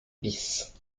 bis